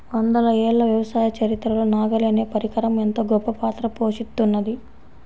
వందల ఏళ్ల వ్యవసాయ చరిత్రలో నాగలి అనే పరికరం ఎంతో గొప్పపాత్ర పోషిత్తున్నది